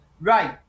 right